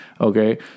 Okay